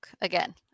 again